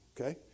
okay